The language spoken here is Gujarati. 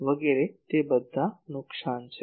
વગેરે તે બધા નુકસાન છે